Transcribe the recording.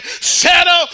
Settle